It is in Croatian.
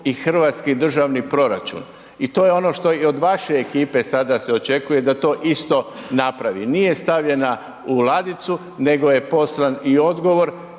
hrvatski državni proračun. I to je ono što i od vaše ekipe sada se očekuje da to isto napravi. Nije stavljena u ladicu nego je poslan i odgovor